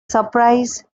surprise